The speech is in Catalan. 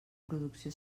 producció